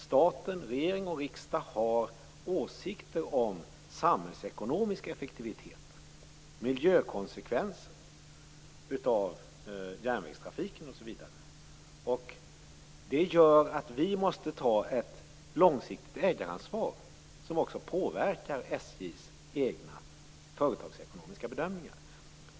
Staten, regering och riksdag, har åsikter om samhällsekonomisk effektivitet, miljökonsekvenser av järnvägstrafiken osv. Det gör att vi måste ta ett långsiktigt ägaransvar som också påverkar SJ:s egna företagsekonomiska bedömningar.